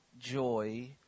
joy